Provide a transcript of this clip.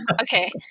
Okay